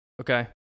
Okay